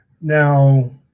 Now